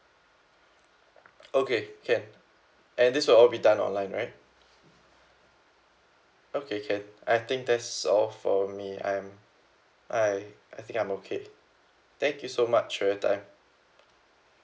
okay can and this will all be done online right okay can I think that's all for me I'm I I think I'm okay thank you so much for your time